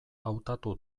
hautatu